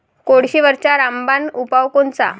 कोळशीवरचा रामबान उपाव कोनचा?